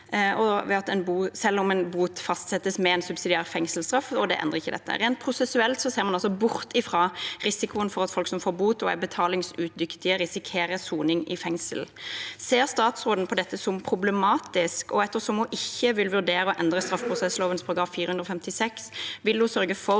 selv om en bot fastsettes med en subsidiær fengselsstraff, og det endrer ikke dette. Rent prosessuelt ser man altså bort fra risikoen for at folk som får bot og er betalingsudyktige, risikerer soning i fengsel. Ser statsråden på dette som problematisk, og – ettersom hun ikke vil vurdere å endre straffeprosessloven § 456 – vil hun sørge for